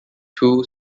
two